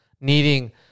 needing